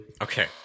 Okay